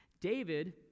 David